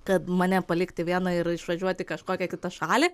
kad mane palikti vieną ir išvažiuoti kažkokią kitą šalį